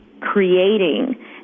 creating